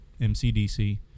MCDC